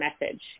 message